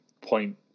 point